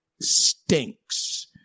stinks